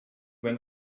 when